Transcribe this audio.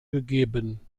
gegeben